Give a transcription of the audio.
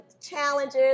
challenges